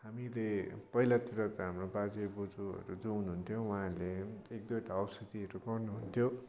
हामीले पहिलातिर त हाम्रो बाजेबज्यूहरू जो हुनुहुन्थ्यो उहाँहरूले एक दुईवटा औषधीहरू बनाउनु हुन्थ्यो